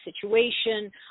situation